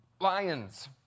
lions